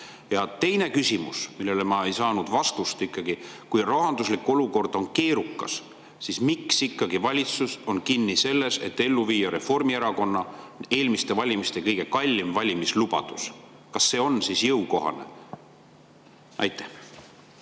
Ja teine küsimus, millele ma ei saanud vastust: kui rahanduslik olukord on keerukas, siis miks valitsus on ikkagi kinni selles, et viia ellu Reformierakonna eelmiste valimiste kõige kallim valimislubadus? Kas see on jõukohane? Aitäh!